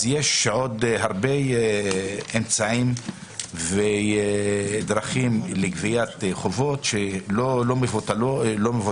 אז יש עוד הרבה אמצעים ודרכים לגביית חובות שהן לא מבוטלות,